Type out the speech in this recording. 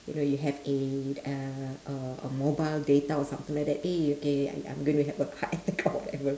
you know you have a uh uh a mobile data or something like that eh okay I I'm going to have card and take out whatever